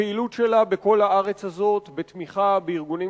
הפעילות שלה בכל הארץ בתמיכה בארגונים